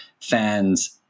fans